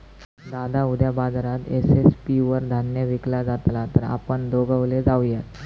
दादा उद्या बाजारात एम.एस.पी वर धान्य विकला जातला तर आपण दोघवले जाऊयात